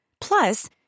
Plus